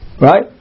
Right